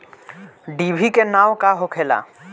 डिभी के नाव का होखेला?